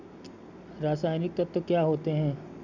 रसायनिक तत्व क्या होते हैं?